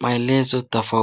maelezo tofauti.